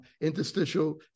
interstitial